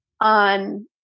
on